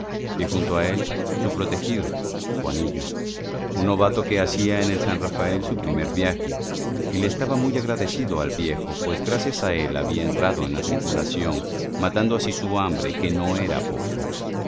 y junto a él su protegido juanillo un novato que hacía en el san rafael su primer viaje y le estaba muy agradecido al viejo pues gracias a él había entrado en la tripulación matando así su hambre que no era poca